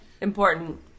Important